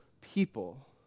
people